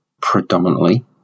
predominantly